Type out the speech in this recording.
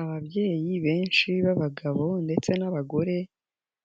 Ababyeyi benshi b'abagabo ndetse n'abagore